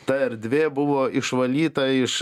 ta erdvė buvo išvalyta iš